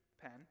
pen